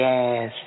Yes